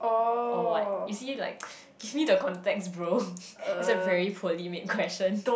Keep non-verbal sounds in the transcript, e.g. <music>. or what you see like <breath> give me the context bro <laughs> it's a very poorly made question <laughs>